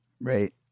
Right